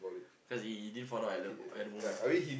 cause he didn't fall down at the p~ at the moment